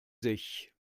sich